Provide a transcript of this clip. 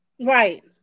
Right